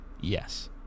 yes